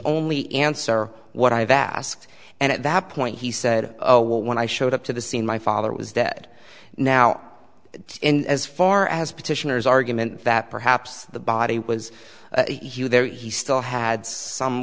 only answer what i've asked and at that point he said oh well when i showed up to the scene my father was dead now and as far as petitioners argument that perhaps the body was there he still had some